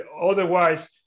otherwise